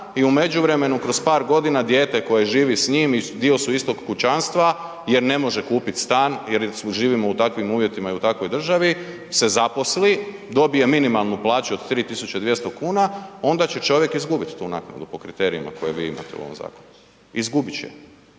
i u međuvremenu kroz par godina dijete koje živi s njim i dio su istog kućanstva jer ne može kupit stan jer živimo u takvim uvjetima i u takvoj državi se zaposli, dobije minimalnu plaću od 3200 kn, onda će čovjek izgubit tu naknadu po kriterijima koje vi imate u ovom zakonu, izgubit će je